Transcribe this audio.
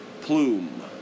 plume